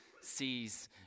sees